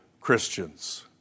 Christians